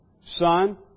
Son